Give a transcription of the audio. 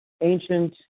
ancient